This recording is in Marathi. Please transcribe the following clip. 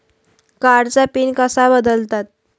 कार्डचा पिन कसा बदलतात?